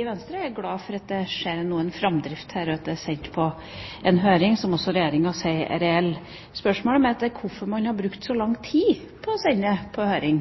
i Venstre er glade for at det nå skjer en framdrift her, og at direktivet er sendt på en høring, som også Regjeringa sier er reell. Spørsmålet mitt er: Hvorfor har man brukt så lang tid på å sende det på høring